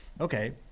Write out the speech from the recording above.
Okay